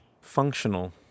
functional